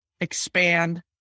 expand